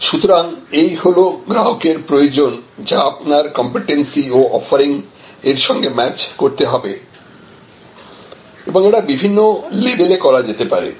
সুতরাং এই হলো গ্রাহকের প্রয়োজন যা আপনার কম্পিটেন্সি ও অফ্যারিং এর সঙ্গে ম্যাচ করতে হবে এবং এটা বিভিন্ন লেভেলে করা যেতে পারে